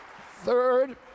Third